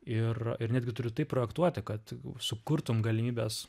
ir ir netgi turiu taip projektuoti kad sukurtum galimybes